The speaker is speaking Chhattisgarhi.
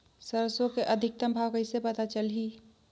सरसो के अधिकतम भाव कइसे पता चलही?